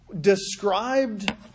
described